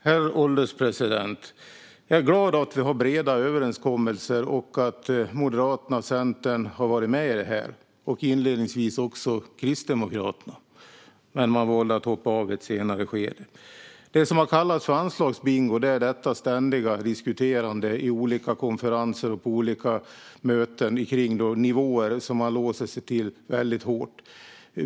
Herr ålderspresident! Jag är glad över att vi har breda överenskommelser och att Moderaterna och Centern har varit med i detta. Inledningsvis var även Kristdemokraterna med, men de valde att i ett senare skede hoppa av. Det som har kallats anslagsbingo är det ständiga diskuterandet i olika konferenser och på olika möten om nivåer, som man låser sig till väldigt hårt.